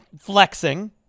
flexing